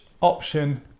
option